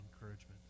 encouragement